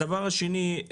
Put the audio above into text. הדבר השני,